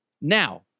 Now